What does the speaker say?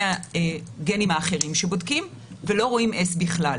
הגנים האחרים שבודקים ולא רואים S בכלל,